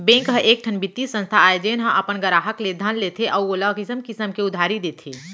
bank ह एकठन बित्तीय संस्था आय जेन ह अपन गराहक ले धन लेथे अउ ओला किसम किसम के उधारी देथे